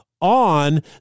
on